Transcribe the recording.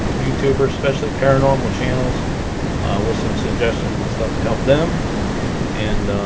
youtubers especially paranormal channels with some suggestions and stuff to help them and